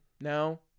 now